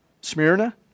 Smyrna